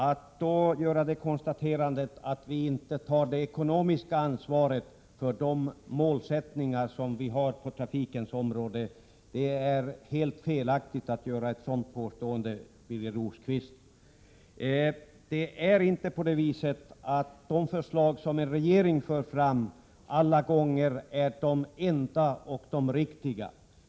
Att då göra det konstaterandet att vi inte tar det ekonomiska ansvaret för vår målsättning på trafikens område är helt felaktigt. Det är inte på det viset att de förslag som en regering för fram alla gånger är de enda riktiga.